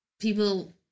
People